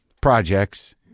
projects